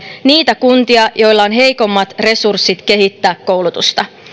niitä kuntia joilla on heikommat resurssit kehittää koulutusta